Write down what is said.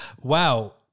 Wow